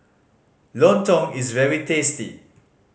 lontong is very tasty